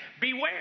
beware